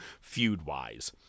feud-wise